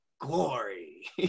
Glory